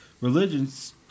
religion's